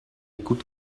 gut